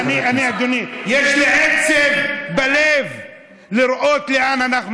יש לי עצב, תן לו לסיים.